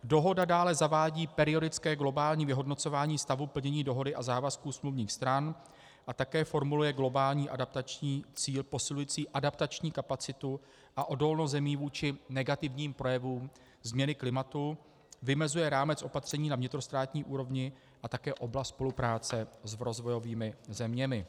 Dohoda dále zavádí periodické globální vyhodnocování stavu plnění dohody a závazků smluvních stran a také formuluje globální adaptační cíl posilující adaptační kapacitu a odolnost zemí vůči negativním projevům změny klimatu, vymezuje rámec opatření na vnitrostátní úrovni a také oblast spolupráce s rozvojovými zeměmi.